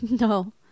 No